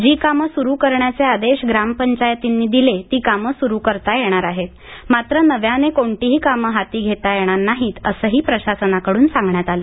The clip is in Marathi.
जी कामं सुरू करण्याचे आदेश ग्रामपंचायतींनी दिले ती कामं सुरू करता येणार आहेत मात्र नव्याने कोणतीही कामं हाती घेता येणार नाहीत असंही प्रशासनाकडून सांगण्यात आलं